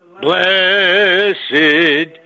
blessed